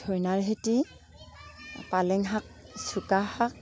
ধনিয়াৰ খেতি পালেং শাক চুকা শাক